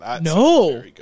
No